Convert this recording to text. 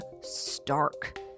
stark